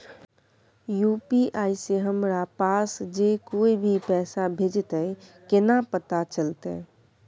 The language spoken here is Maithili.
यु.पी.आई से हमरा पास जे कोय भी पैसा भेजतय केना पता चलते?